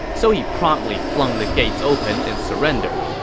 so he promptly flung the gates open and surrendered.